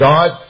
God